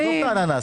אננס.